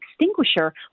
extinguisher